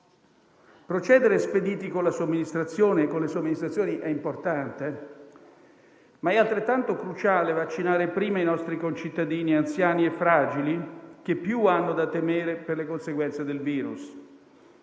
Procedere spediti con le somministrazioni è importante, ma è altrettanto cruciale vaccinare prima i nostri concittadini anziani e fragili, che più hanno da temere per le conseguenze del virus*.*